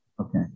Okay